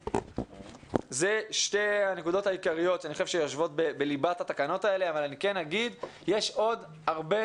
אלה שתי הנקודות העיקריות שבליבת התקנות האלה אבל יש עוד הרבה